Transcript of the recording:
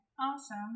awesome